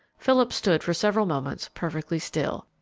philip stood for several moments perfectly still.